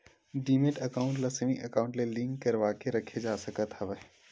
demat account ल saving account ले link करवाके रखे जा सकत हवय